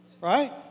right